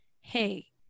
Hey